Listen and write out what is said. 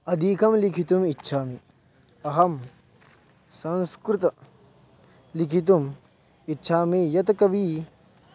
अधिकं लिखितुम् इच्छामि अहं संस्कृतं लिखितुम् इच्छामि यत् कविः